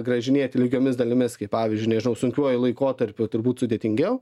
grąžinėti lygiomis dalimis kaip pavyzdžiui nežinau sunkiuoju laikotarpiu turbūt sudėtingiau